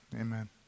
amen